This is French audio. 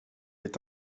est